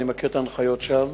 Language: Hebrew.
אני מכיר את ההנחיות שם,